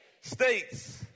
states